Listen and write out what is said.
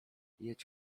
jedź